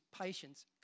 patience